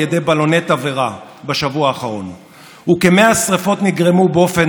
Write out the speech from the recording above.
יחידות הביקורת לסוגיות שאותן מעלה הציבור באופן